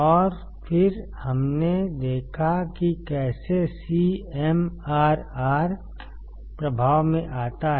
और फिर हमने देखा कि कैसे CMRR प्रभाव में आता है